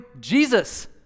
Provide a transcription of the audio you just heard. Jesus